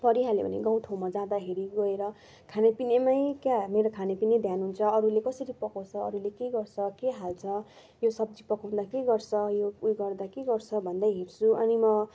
परिहाल्यो भने गाउँ ठाउँमा जाँदाखेरि गएर खाना पिनामै क्या मेरो खानापिना ध्यान हुन्छ अरूले कसरी पकाउँछ अरूले के गर्छ के हाल्छ यो सब्जी पकाउँदा के गर्छ यो उयो गर्दा के गर्छ भन्दै हेर्छु अनि म